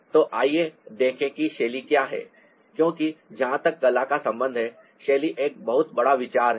तो आइए देखें कि शैली क्या है क्योंकि जहां तक कला का संबंध है शैली एक बहुत बड़ा विचार है